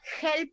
help